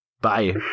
Bye